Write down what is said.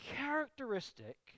characteristic